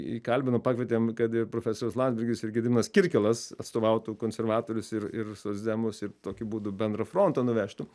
įkalbinau pakvietėm kad ir profesorius landsbergis ir gediminas kirkilas atstovautų konservatorius ir ir socdemus ir tokiu būdu bendrą frontą nuvežtų